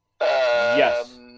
Yes